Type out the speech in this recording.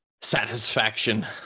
satisfaction